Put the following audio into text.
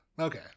okay